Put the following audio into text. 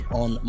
on